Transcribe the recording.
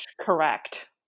correct